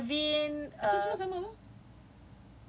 the gavin err